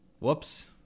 Whoops